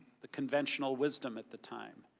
the conventional wisdom at the time.